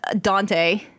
Dante